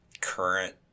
current